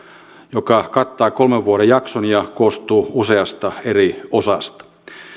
joka kattaa kolmen vuoden jakson ja koostuu useasta eri osasta